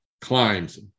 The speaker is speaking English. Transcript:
climbs